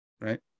right